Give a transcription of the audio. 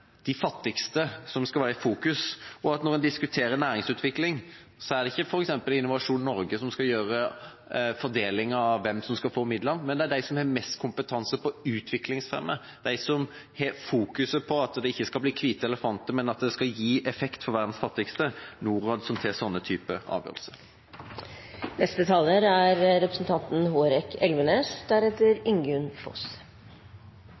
i fokus. Og når en diskuterer næringsutvikling, er det ikke f.eks. Innovasjon Norge som skal gjøre en fordeling av hvem som skal få midlene, men det er de som har mest kompetanse på å fremme utvikling, de som fokuserer på at det ikke skal bli «hvite elefanter», men at det skal ha effekt på verdens fattigste. Det er Norad som